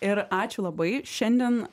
ir ačiū labai šiandien